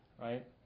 right